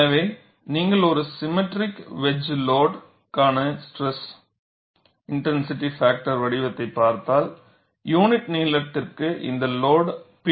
எனவே நீங்கள் ஒரு சிம்மெட்ரிக் வெட்ஜ் லோடுக்கான ஸ்ட்ரெஸ் இன்டென்சிட்டி பாக்டர் வடிவத்தைப் பார்த்தால் யூனிட் நீளத்திற்கு இந்த லோடு P என உள்ளது